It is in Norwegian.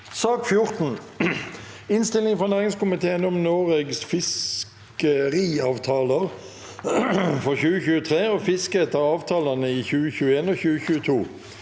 Innstilling fra næringskomiteen om Noregs fiskeriav- talar for 2023 og fisket etter avtalane i 2021 og 2022